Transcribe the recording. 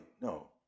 No